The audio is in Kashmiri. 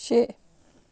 شےٚ